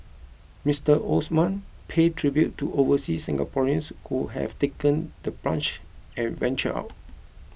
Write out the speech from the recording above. Mister Osman paid tribute to overseas Singaporeans who have taken the plunge and ventured out